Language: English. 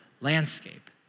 landscape